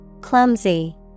Clumsy